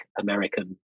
American